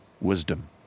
wisdom